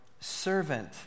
servant